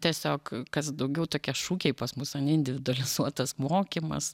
tiesiog kas daugiau tokie šūkiai pas mus ane individualizuotas mokymas